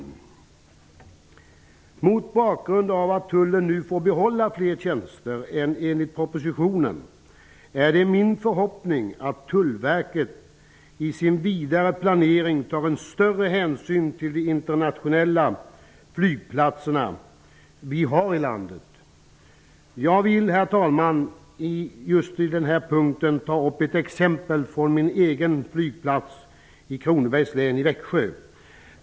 Mot bakgrund av att Tullen nu får behålla fler tjänster än enligt propositionen är det min förhoppning att Tullverket i sin vidare planering tar en större hänsyn till de internationella flygplatserna vi har i landet. Herr talman! Under den här punkten vill jag ta upp ett exempel från min egen flygplats i Kronobergs län i Växjö.